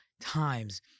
times